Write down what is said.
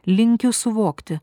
linkiu suvokti